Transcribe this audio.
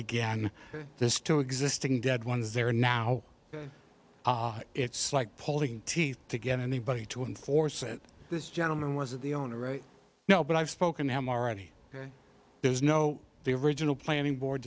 again the still existing dead ones there now it's like pulling teeth to get anybody to enforce it this gentleman was the owner right now but i've spoken to him already there's no the original planning board